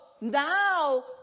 now